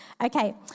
Okay